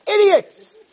Idiots